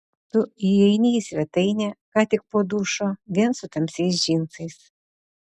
tu įeini į svetainę ką tik po dušo vien su tamsiais džinsais